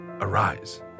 arise